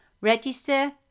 Register